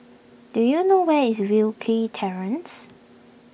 do you know where is Wilkie Terrace